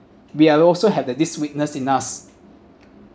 we are also have the this weakness in us